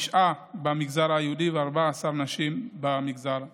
9 במגזר היהודי ו-14 נשים במגזר הערבי.